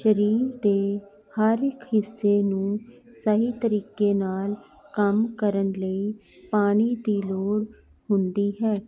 ਸ਼ਰੀਰ ਦੇ ਹਰ ਇੱਕ ਹਿੱਸੇ ਨੂੰ ਸਹੀ ਤਰੀਕੇ ਨਾਲ਼ ਕੰਮ ਕਰਨ ਲਈ ਪਾਣੀ ਦੀ ਲੋੜ ਹੁੰਦੀ ਹੈ